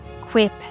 quip